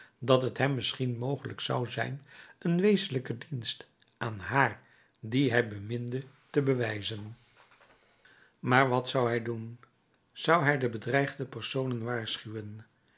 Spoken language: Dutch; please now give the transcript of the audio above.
dat het hem misschien mogelijk zou zijn een wezenlijken dienst aan haar die hij beminde te bewijzen maar wat zou hij doen zou hij de bedreigde personen waarschuwen